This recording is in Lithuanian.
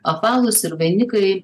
apvalūs ir vainikai